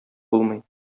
булмый